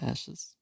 Ashes